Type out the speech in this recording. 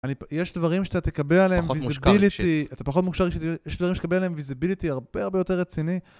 יש דברים שאתה תקבל עליהם ויזיביליטי. פחות מושקע רגשית. אתה פחות מושקע רגשית, יש דברים שאתה תקבל עליהם ויזיביליטי הרבה הרבה יותר רציני